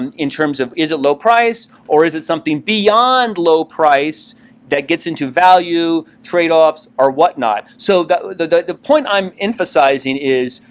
and in terms of is it low price or is it something beyond low price that gets into value, tradeoffs, or what not? so the the point i'm emphasizing is,